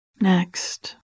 Next